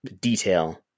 detail